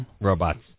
Robots